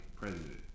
president